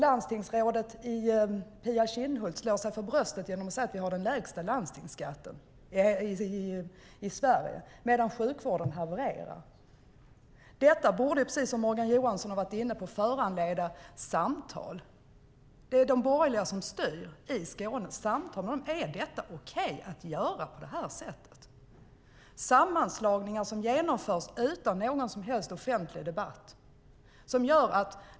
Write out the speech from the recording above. Landstingsrådet Pia Kinhult slår sig för bröstet och säger att Skåne har den lägsta landstingsskatten i Sverige samtidigt som sjukvården havererar. Detta borde, precis som Morgan Johansson var inne på, föranleda samtal. Det är de borgerliga som styr i Skåne. Samtalen ska utröna om det är okej att göra så. Sammanslagningar genomförs utan någon som helst offentlig debatt.